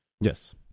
Yes